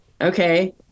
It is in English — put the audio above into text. okay